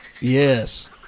Yes